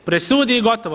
Presudi i gotovo.